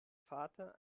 vater